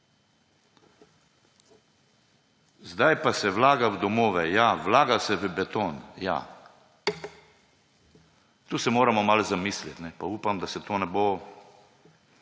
»Zdaj pa se vlaga v domove, ja, vlaga se v beton, ja.« Tu se moramo malo zamisliti. Pa upam, da se tu ne bo